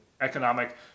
economic